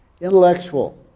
Intellectual